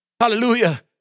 Hallelujah